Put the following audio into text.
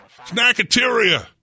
Snackateria